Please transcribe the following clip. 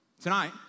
Tonight